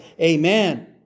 Amen